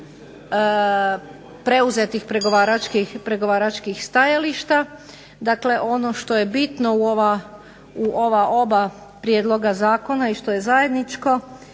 preuzetih pregovaračkih stajališta. Dakle, ono što je bitno u ova oba prijedloga zakona i što je zajedničko